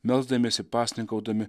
melsdamiesi pasninkaudami